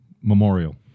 memorial